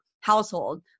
household